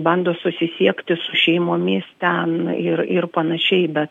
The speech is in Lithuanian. bando susisiekti su šeimomis ten ir ir panašiai be